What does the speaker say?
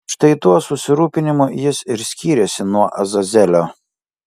štai tuo susirūpinimu jis ir skyrėsi nuo azazelio